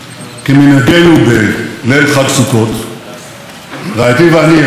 בליל חג סוכות רעייתי ואני אירחנו במעון ראש